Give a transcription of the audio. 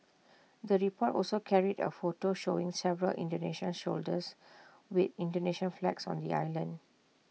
the report also carried A photo showing several Indonesian soldiers with Indonesian flags on the island